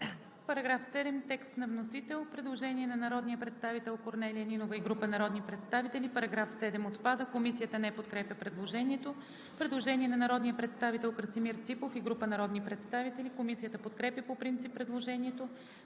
По § 7 има предложение на народния представител Корнелия Нинова и група народни представители: „Параграф 7 – отпада.“ Комисията не подкрепя предложението. Предложение на народния представител Красимир Ципов и група народни представители. Комисията подкрепя по принцип предложението.